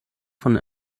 von